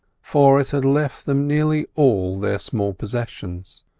for it had left them nearly all their small possessions.